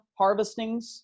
harvestings